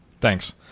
thanks